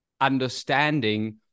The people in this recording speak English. understanding